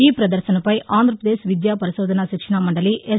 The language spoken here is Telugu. ఈ ప్రదర్భనపై ఆంధ్రప్రదేశ్ విద్యా పరిశోధన శిక్షణా మండలి ఎస్